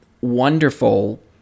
wonderful